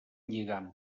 lligam